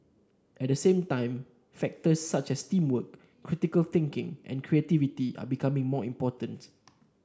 at the same time factors such as teamwork critical thinking and creativity are becoming more important